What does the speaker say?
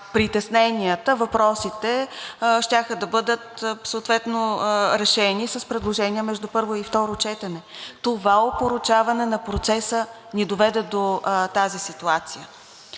притесненията, въпросите щяха да бъдат съответно решени с предложения между първо и второ четене. Това опорочаване на процеса ни доведе до тази ситуация.